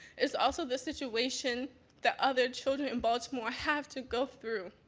it's also the situation that other children in baltimore have to go through.